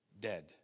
dead